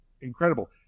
incredible